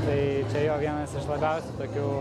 tai vienas iš labiausiai tokių